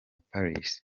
paris